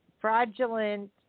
fraudulent